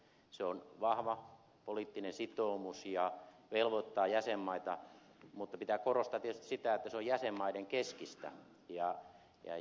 se on vahva poliittinen sitoumus ja velvoittaa jäsenmaita mutta pitää korostaa tietysti sitä että se on jäsenmaiden keskistä